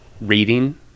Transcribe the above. reading